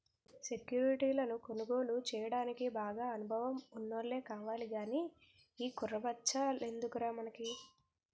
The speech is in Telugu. సెక్యురిటీలను కొనుగోలు చెయ్యడానికి బాగా అనుభవం ఉన్నోల్లే కావాలి గానీ ఈ కుర్ర బచ్చాలెందుకురా మనకి